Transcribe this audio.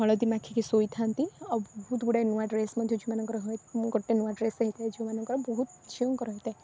ହଳଦୀ ମାଖିକି ଶୋଇଥାନ୍ତି ଆଉ ବହୁତ ଗୁଡ଼ାଏ ନୂଆ ଡ୍ରେସ୍ ମଧ୍ୟ ଝିଅମାନଙ୍କର ମୁଁ ଗୋଟେ ନୂଆ ଡ୍ରେସ୍ ହେଇଥାଏ ଝିଅମାନଙ୍କର ବହୁତ ଝିଅଙ୍କର ହୋଇଥାଏ